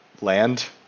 land